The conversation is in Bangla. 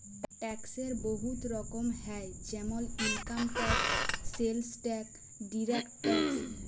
ট্যাক্সের বহুত রকম হ্যয় যেমল income tax, sales tax, direct tax